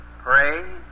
Pray